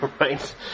right